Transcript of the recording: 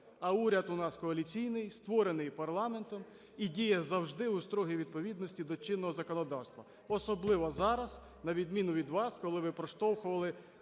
А уряд у нас коаліційний, створений парламентом, і діє завжди у строгій відповідності до чинного законодавства. Особливо зараз, на відміну від вас, коли ви проштовхували